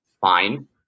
fine